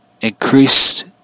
increased